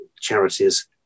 charities